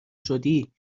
شدی